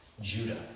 Judah